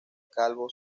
calvo